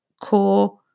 core